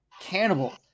Cannibal